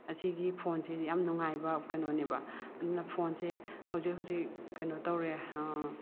ꯑꯁꯤꯒꯤ ꯐꯣꯟꯁꯦ ꯌꯥꯝ ꯅꯨꯡꯉꯥꯏꯕ ꯀꯩꯅꯣꯅꯦꯕ ꯑꯗꯨꯅ ꯐꯣꯟꯁꯦ ꯍꯧꯖꯤꯛ ꯍꯧꯖꯤꯛ ꯀꯩꯅꯣ ꯇꯧꯔꯦ